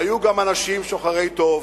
והיו גם אנשים שוחרי טוב,